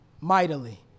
mightily